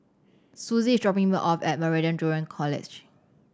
Suzy is dropping me off at Meridian Junior College